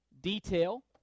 detail